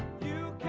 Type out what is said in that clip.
you